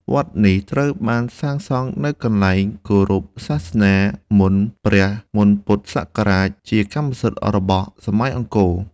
វត្តនេះ ត្រូវបានសាងសង់នៅកន្លែងគោរពសាសនា មុនពុទ្ធសករាជជាកម្មសិទ្ធិរបស់សម័យអង្គរ។